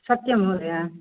सत्यं महोदय